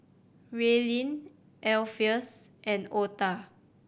Raelynn Alpheus and Otha